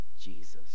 Jesus